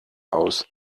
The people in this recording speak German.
aus